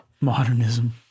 Modernism